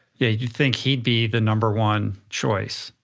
yeah you think he'd be the number one choice.